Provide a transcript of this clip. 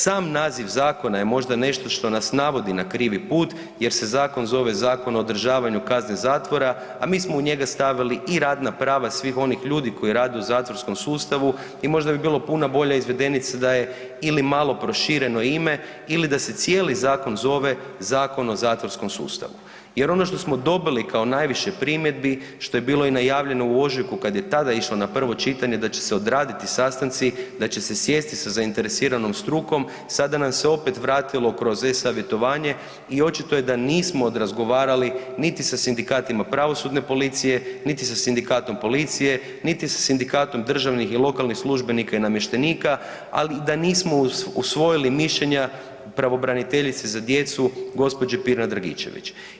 Sam naziv zakona je možda nešto što nas navodi na krivi put jer se zakon zove Zakon o održavanju kazne zakona, a mi smo u njega stavili i radna prava svih onih ljudi koji rade u zatvorskom sustavu i možda bi bila puno bolja izvedenica da je ili malo prošireno ime ili da se cijeli zakon zove zakon o zatvorskom sustavu, jer ono što smo dobili kao najviše primjedbi što je bilo i najavljeno u ožujku kad je tada išlo na prvo čitanje da će se odraditi sastanci, da će se sjesti sa zainteresiranom strukom sada nam se opet vratilo kroz e-savjetovanje i očito je da nismo odrazgovarali niti sa Sindikatima pravosudne policije, niti sa Sindikatom policije, niti sa Sindikatom državnih i lokalnih službenika i namještenika ali i da nismo usvojili mišljenja pravobraniteljice za djecu gospođe Pirnat Dragičević.